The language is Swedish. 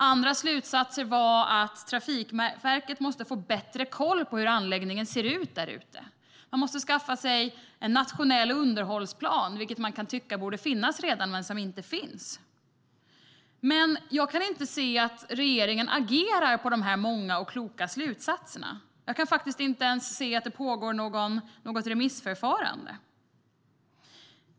Andra slutsatser var att Trafikverket måste få bättre koll på hur anläggningen ser ut där ute, och de måste skaffa sig en nationell underhållsplan. Man kan tycka att det redan borde finnas, men det gör det inte. Jag kan dock inte se att regeringen agerar i enlighet med dessa många och kloka slutsatser. Jag kan inte ens se att det pågår något remissförfarande.